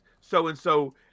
so-and-so